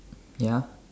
ya